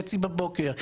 ב-05:30 בבוקר.